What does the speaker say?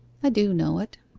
i do know it.